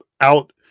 out